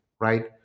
right